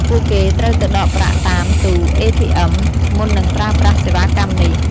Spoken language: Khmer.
ពួកគេត្រូវទៅដកប្រាក់តាមទូATM មុននឹងប្រើប្រាស់សេវាកម្មនេះ។